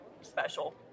special